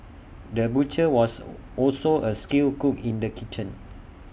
the butcher was also A skilled cook in the kitchen